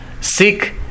seek